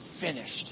finished